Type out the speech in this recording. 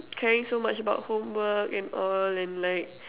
caring so much about homework and all and like